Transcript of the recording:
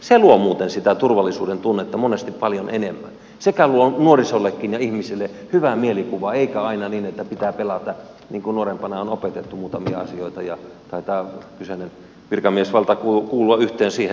se luo muuten sitä turvallisuudentunnetta monesti paljon enemmän sekä luo nuorisollekin ja muille ihmisille hyvää mielikuvaa eikä aina niin että pitää pelätä niin kuin nuorempana on opetettu muutamia asioita ja taitaa kyseinen virkamiesvalta kuulua yhtenä siihen joukkoon